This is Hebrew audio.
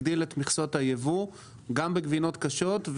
הגדיל את מכסות הייבוא גם בגבינות קשות.